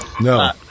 No